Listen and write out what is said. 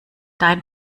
dein